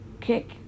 kick